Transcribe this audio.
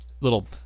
little